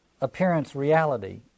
appearance-reality